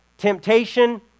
Temptation